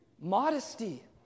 Modesty